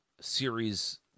series